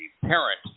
parent